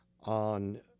on